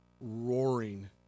roaring